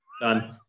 Done